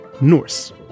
Norse